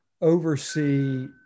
oversee